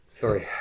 sorry